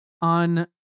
on